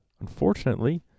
Unfortunately